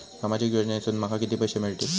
सामाजिक योजनेसून माका किती पैशे मिळतीत?